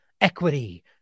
equity